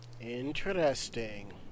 Interesting